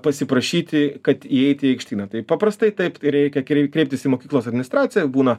pasiprašyti kad įeiti į aikštyną tai paprastai taip tai reikia kreiptis į mokyklos administraciją būna